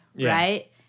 Right